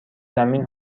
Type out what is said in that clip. زمین